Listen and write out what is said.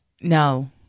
no